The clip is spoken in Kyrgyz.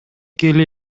келе